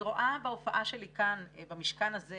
אני רואה בהופעה שלי כאן במשכן הזה